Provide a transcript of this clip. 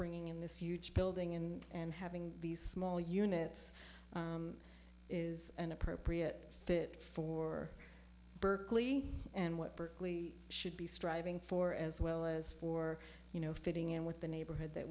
bringing in this huge building in and having these small units is an appropriate fit for berkeley and what berkeley should be striving for as well as for you know fitting in with the neighborhood that